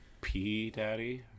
P-Daddy